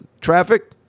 traffic